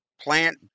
Plant